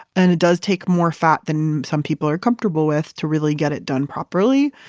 and it does take more fat than some people are comfortable with to really get it done properly.